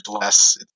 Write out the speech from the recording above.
less